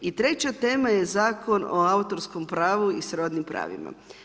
I treća tema je Zakona o autorskom pravu i srodnim pravima.